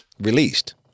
released